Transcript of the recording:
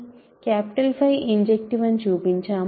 𝚽 injective అని చూపించాము